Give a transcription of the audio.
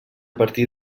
partir